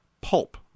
pulp